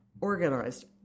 organized